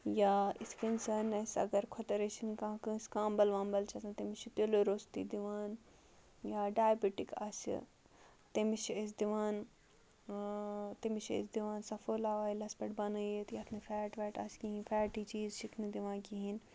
یا یِتھٕ کٔنۍ زن اَسہِ اَگر خۄدا رٔچھِنۍ کانٛہہ کٲنٛسہِ کامبَل وامبَل چھِ آسان تٔمِس چھِ تِلہٕ روٚستے دِوان یا ڈایبِٹِک آسہِ تٔمِس چھِ أسۍ دِوان تٔمِس چھِ أسۍ دِوان سَفوٗولا اویلَس پٮ۪ٹھ بَنٲوِتھ یَتھ نہٕ فیٹ ویٹ آسہِ کِہیٖنٛۍ فیٹی چیٖز چھِکھ نہٕ دِوان کِہیٖنٛۍ